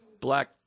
black